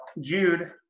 Jude